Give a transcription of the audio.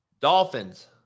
Dolphins